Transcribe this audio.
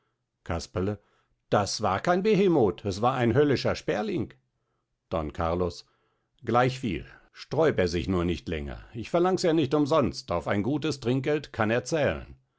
casperle das war kein behemot es war ein höllischer sperling don carlos gleichviel sträub er sich nur nicht länger ich verlangs ja nicht umsonst auf ein gutes trinkgeld kann er